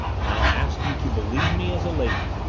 and i'll ask you to believe me as a lady.